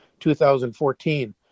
2014